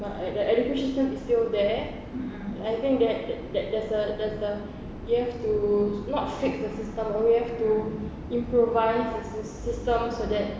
but like the education system is still there I think that that there's a there's a you have to not trick the system we have to improvise the system so that